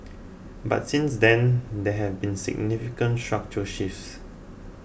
but since then there have been significant structural shifts